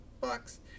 bucks